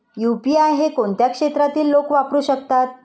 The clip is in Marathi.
यु.पी.आय हे कोणत्या क्षेत्रातील लोक वापरू शकतात?